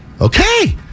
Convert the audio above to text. Okay